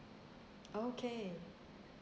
okay